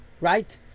right